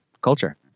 culture